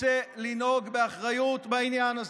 רוצה לנהוג באחריות בעניין הזה.